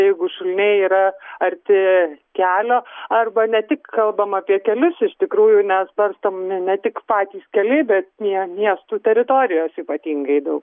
jeigu šuliniai yra arti kelio arba ne tik kalbama apie kelius iš tikrųjų nes barstomi ne tik patys keliai bet miestų teritorijos ypatingai daug